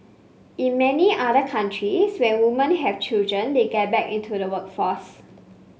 in many other countries when woman have children they get back into the workforce